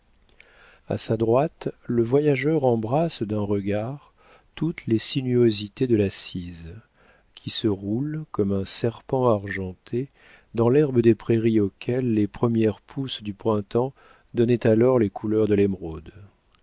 a sa droite le voyageur embrasse d'un regard toutes les sinuosités de la cise qui se roule comme un serpent argenté dans l'herbe des prairies auxquelles les premières pousses du printemps donnaient alors les couleurs de l'émeraude